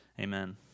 amen